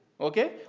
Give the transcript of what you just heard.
okay